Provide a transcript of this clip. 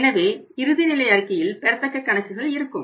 எனவே இறுதி நிலை அறிக்கையில் பெறத்தக்க கணக்குகள் இருக்கும்